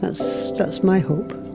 that's that's my hope